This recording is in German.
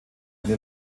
eine